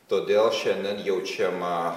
todėl šiandien jaučiama